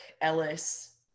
Ellis